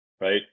Right